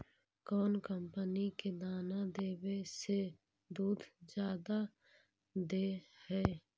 कौन कंपनी के दाना देबए से दुध जादा दे है?